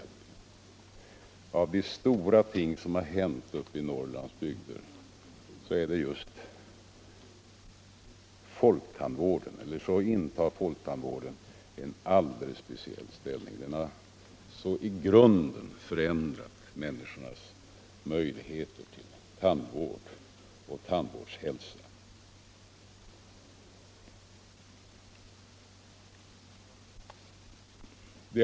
Bland de stora ting som har hänt uppe i Norrlands bygder intar folktandvården en alldeles speciell ställning genom att den i grunden förändrat människornas möjligheter till tandvård och tandhälsa.